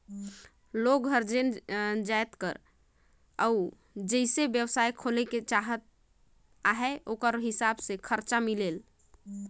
मइनसे हर जेन जाएत कर अउ जइसन बेवसाय खोले ले चाहत अहे ओकरे हिसाब ले खरचा मिलथे